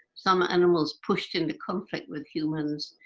some animals pushed into conflict with humans,